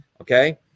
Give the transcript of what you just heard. okay